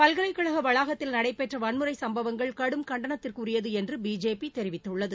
பல்கலைக்கழக வளாகத்தில் நடைபெற்ற வன்முறை சம்பவங்கள் கடும் கண்டனத்திற்கு உரியது என்று பிஜேபி தெரிவித்துள்ளது